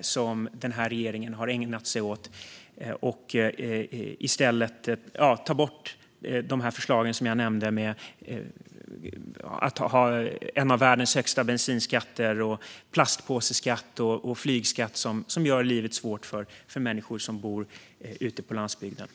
som den här regeringen har ägnat sig åt, till exempel förslagen som jag nämnde med att ha en av världens högsta bensinskatter, plastpåseskatt, flygskatt och sådant som gör livet svårt för människor som bor ute på landsbygden.